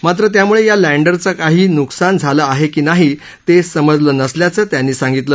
मात्र त्यामुळे या लँडरचं काही नुकसान झालं आहे की नाही ते समजलं नसल्याचं त्यांनी सांगितलं